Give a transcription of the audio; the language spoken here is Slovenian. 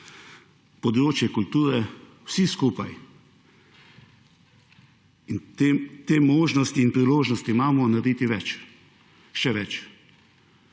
področje kulture vsi skupaj − in te možnosti in priložnosti imamo − narediti več, še več.